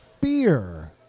beer